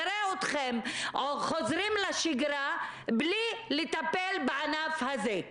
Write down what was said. נראה אתכם חוזרים לשגרה בלי לטפל בענף הזה.